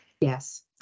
Yes